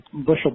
bushel